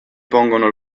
pongono